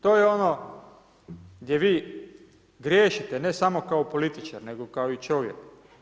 To je ono gdje vi griješite, ne samo kao političar, nego kao i čovjek.